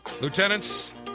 Lieutenants